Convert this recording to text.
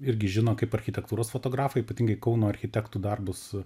irgi žino kaip architektūros fotografą ypatingai kauno architektų darbus